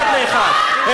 אחד לאחד.